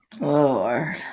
lord